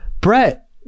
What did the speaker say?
Brett